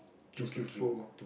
two Q four